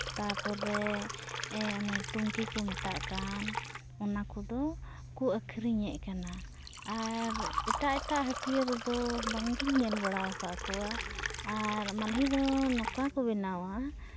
ᱛᱟᱴᱯᱚᱨᱮ ᱚᱱᱮ ᱴᱩᱝᱠᱤ ᱠᱚ ᱢᱮᱛᱟᱜ ᱠᱟᱱ ᱚᱱᱟ ᱠᱚᱫᱚ ᱠᱚ ᱟᱹᱠᱷᱨᱤᱧ ᱠᱟᱱᱟ ᱟᱨ ᱮᱴᱟᱜ ᱮᱴᱟᱜ ᱦᱟᱹᱴᱭᱟᱹ ᱨᱮᱫᱚ ᱵᱟᱝᱜᱤᱧ ᱧᱮᱞ ᱵᱟᱲᱟ ᱠᱟᱜ ᱠᱚᱣᱟ ᱟᱨ ᱢᱟᱦᱞᱮ ᱫᱚ ᱱᱚᱝᱠᱟ ᱠᱚ ᱵᱮᱱᱟᱣᱟ